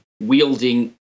wielding